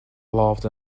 loved